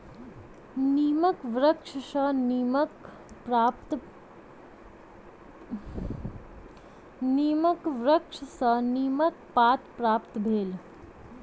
नीमक वृक्ष सॅ नीमक पात प्राप्त भेल